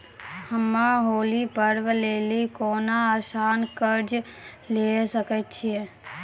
हम्मय होली पर्व लेली कोनो आसान कर्ज लिये सकय छियै?